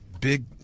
big